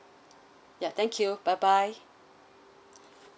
ya thank you bye bye